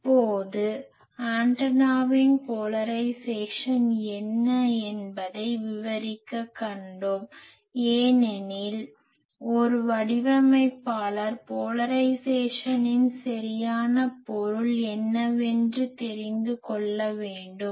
இப்போது ஆன்டனாவின் போலரைஸேசன் என்ன என்பதை விரிவாகக் கண்டோம் ஏனெனில் ஒரு வடிவமைப்பாளர் போலரைஸேசனின் சரியான பொருள் என்னவென்று தெரிந்து கொள்ள வேண்டும்